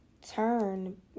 turn